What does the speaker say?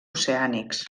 oceànics